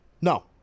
No